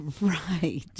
right